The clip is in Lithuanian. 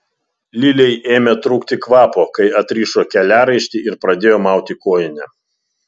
lilei ėmė trūkti kvapo kai atrišo keliaraištį ir pradėjo mauti kojinę